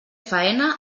faena